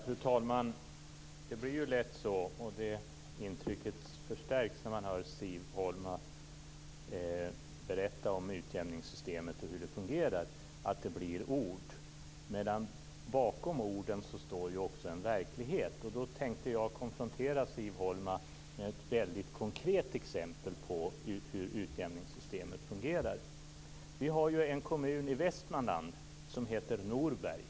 Fru talman! Det blir lätt så, och intrycket förstärks när man hör Siv Holma berätta om utjämningssystemet och hur det fungerar, att det bara blir ord. Men bakom orden står också en verklighet. Jag tänkte konfrontera Siv Holma med ett väldigt konkret exempel på hur utjämningssystemet fungerar. Vi har en kommun i Västmanland som heter Norberg.